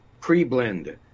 pre-blend